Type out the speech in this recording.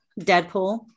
Deadpool